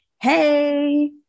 hey